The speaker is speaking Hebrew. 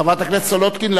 חברת הכנסת סולודקין,